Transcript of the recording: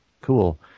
cool